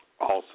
Awesome